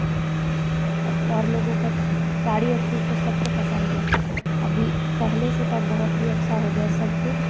और लोगों को साड़ी और सूट तो सबको पसंद है अभी पहले से तो अब बहुत ही अच्छा हो गया है सब कुछ